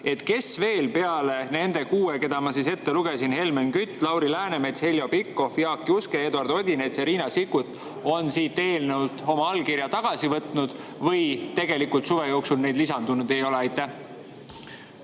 Kes veel peale nende kuue, keda ma ette lugesin – Helmen Kütt, Lauri Läänemets, Heljo Pikhof, Jaak Juske, Eduard Odinets, Riina Sikkut –, on siit eelnõult oma allkirja tagasi võtnud? Või neid suve jooksul lisandunud ei ole? Aitäh!